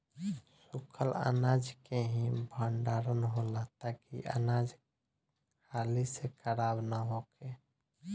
सूखल अनाज के ही भण्डारण होला ताकि अनाज हाली से खराब न होखे